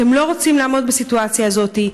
אתם לא רוצים לעמוד בסיטואציה הזאת.